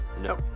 no